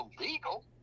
illegal